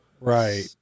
Right